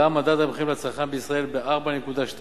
עלה מדד המחירים לצרכן בישראל ב-4.2%,